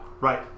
right